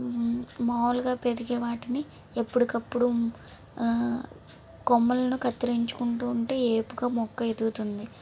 మామూలుగా పెరిగే వాటిని ఎప్పటికప్పుడు కొమ్ములను కత్తిరించుకుంటు ఉంటే ఏపుగా మొక్క ఎదుగుతుంది